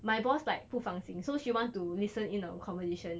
my boss like 不放心 so she you want to listen in the conversation